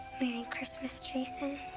merry christmas, jason.